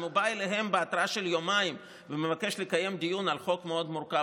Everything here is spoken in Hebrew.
אם הוא בא אליהם בהתראה של יומיים ומבקש לקיים דיון על חוק מאוד מורכב,